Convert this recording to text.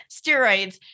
steroids